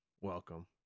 welcome